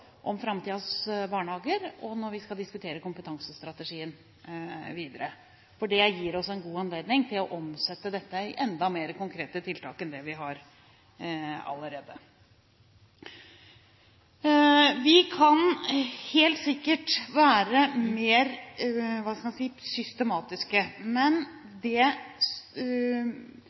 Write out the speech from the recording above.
om framtidens barnehager, og når vi skal diskutere kompetansestrategien videre. Det gir oss god anledning til å omsette dette i enda mer konkrete tiltak enn det vi har allerede. Vi kan helt sikkert være